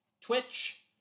Twitch